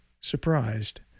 surprised